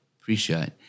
appreciate